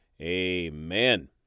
Amen